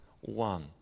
one